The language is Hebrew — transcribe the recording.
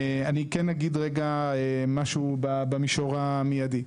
אני כן אגיד רגע משהו במישור המיידי,